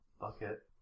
bucket